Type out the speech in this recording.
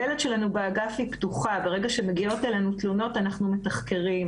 הדלת שלנו באגף פתוחה - ברגע שמגיעות אלינו תלונות אנחנו מתחקרים,